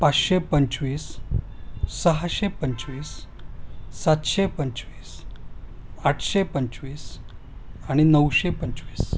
पाचशे पंचवीस सहाशे पंचवीस सातशे पंचवीस आठशे पंचवीस आणि नऊशे पंचवीस